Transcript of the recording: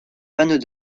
panneaux